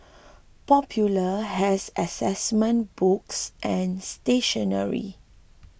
popular has assessment books and stationery